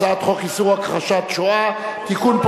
הצעת חוק איסור הכחשת השואה (תיקון,